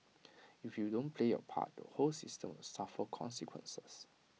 if you don't play your part the whole system will suffer consequences